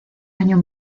año